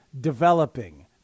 developing